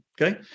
Okay